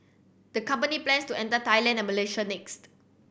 the company plans to enter Thailand and Malaysia next